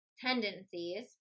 tendencies